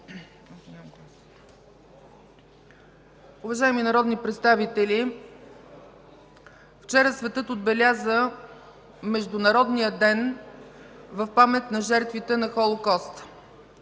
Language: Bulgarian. Уважаеми народни представители, вчера светът отбеляза Международния ден в памет на жертвите на Холокоста.